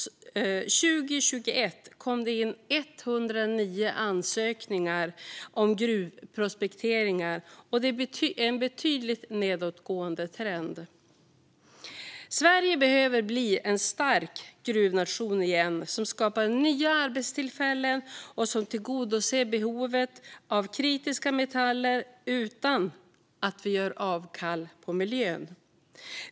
År 2021 kom det in 109 ansökningar om gruvprospekteringar, och det är en tydligt nedåtgående trend. Sverige behöver bli en stark gruvnation igen som skapar nya arbetstillfällen och som tillgodoser behovet av kritiska metaller utan att göra avkall på miljön.